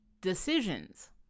decisions